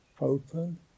open